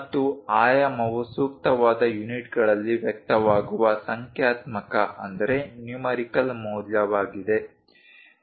ಮತ್ತು ಆಯಾಮವು ಸೂಕ್ತವಾದ ಯೂನಿಟ್ಗಳಲ್ಲಿ ವ್ಯಕ್ತವಾಗುವ ಸಂಖ್ಯಾತ್ಮಕ ಮೌಲ್ಯವಾಗಿದೆ